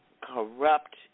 corrupt